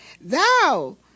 Thou